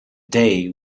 day